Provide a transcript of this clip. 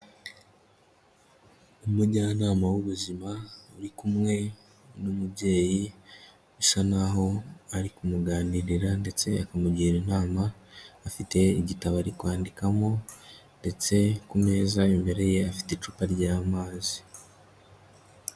Umujyanama w'ubuzima, uri kumwe n'umubyeyi, bisa naho ari kumuganirira ndetse akamugira inama, afite igitabo ari kwandikamo, ndetse ku meza imbere ye afite icupa ry'amazi.